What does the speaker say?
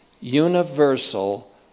universal